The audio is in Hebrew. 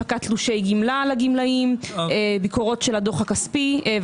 הפקת תשלומי גמלה לגמלאים, ביקורות של הדוח הכספי.